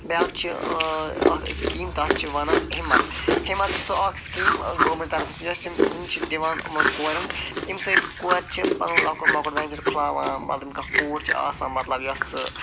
بیٛاکھ چھِ اکھ سِکیٖم تتھ چھِ ونان ہِمت ہِمت چھِ سۄ اَکھ سِکیٖم گورمٮ۪نٛٹ طرفہٕ یۄس یِم یِم چھِ دِوان یِمن کورٮ۪ن ییٚمہِ سۭتۍ کورِ چھِ پنُن لۄکُٹ مۄکُٹ وینچر کھُلاوان مطلب کانٛہہ کوٗر چھِ آسان مطلب یۄسہٕ